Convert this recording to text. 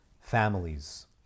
families